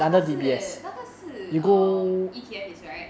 那个是那个是 err E_T_F leads right